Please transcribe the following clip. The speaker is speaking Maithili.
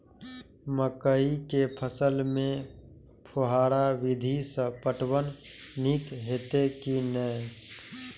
मकई के फसल में फुहारा विधि स पटवन नीक हेतै की नै?